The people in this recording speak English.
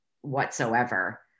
whatsoever